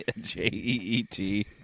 J-E-E-T